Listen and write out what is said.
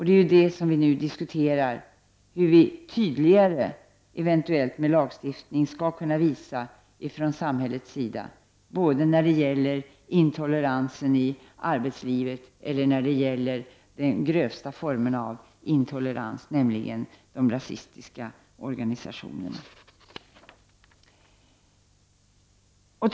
Det är det som vi nu diskuterar, nämligen hur samhället tydligare, eventuellt med lagstiftningens hjälp, skall visa vilka regler som gäller både i fråga om intoleransen i arbetslivet och i fråga om de grövsta formerna av intolerans, nämligen de rasistiska organisationerna.